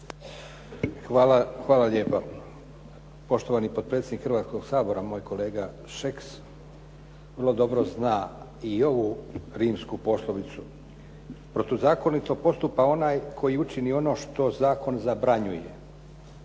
Hvala lijepa. Poštovani potpredsjednik Hrvatskoga sabora, moj kolega Šeks, vrlo dobro zna i ovu rimsku poslovicu: protuzakonito postupa onaj koji učini ono što zakon zabranjuje,